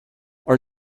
are